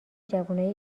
جوونای